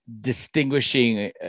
Distinguishing